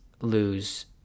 lose